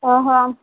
ଅହୋ